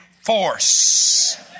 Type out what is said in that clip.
force